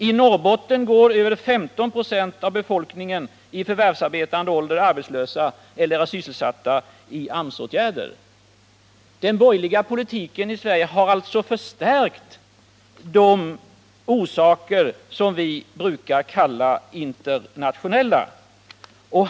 Över 15 96 av befolkningen i förvärvsarbetande ålder i Norrbotten går arbetslös eller är sysselsatt genom AMS-åtgärder. Den borgerliga politiken har alltså förstärkt de svårigheter som vi brukar kalla internationella.